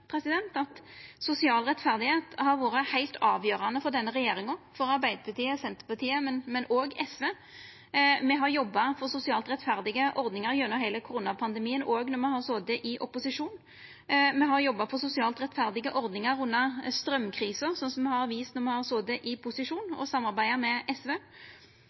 at sosial rettferd har vore heilt avgjerande for denne regjeringa, for Arbeidarpartiet og Senterpartiet, men òg for SV. Me har jobba for sosialt rettferdige ordningar gjennom heile koronapandemien, òg når me har sete i opposisjon. Me har jobba for sosialt rettferdige ordningar under straumkrisa, sånn me har vist når me har sete i posisjon og samarbeidd med SV.